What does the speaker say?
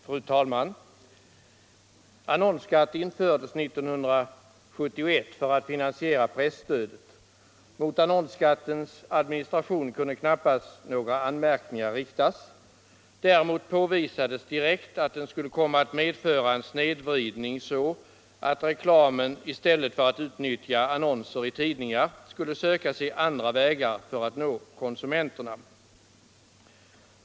Fru talman! Annonsskatt infördes 1971 för att finansiera presstödet. Mot annonsskattens administration kunde knappast några anmärkningar riktas. Däremot påvisades direkt att den skulle komma att medföra en snedvridning så att reklamen i stället för att utnyttja annonser i tidningar Skatten på annonser och reklam Skatten på annon ser och reklam skulle söka sig andra vägar för att nå konsumenterna.